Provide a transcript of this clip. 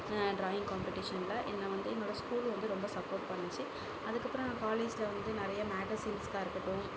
drawing காம்பெடிஷனில் என்ன வந்து என்னோட ஸ்கூலும் வந்து ரொம்ப சப்போர்ட் பண்ணுச்சு அதுக்கப்புறோம் நான் காலேஜில் வந்து நிறைய மேகஸின்ஸ்காக இருக்கட்டும்